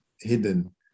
hidden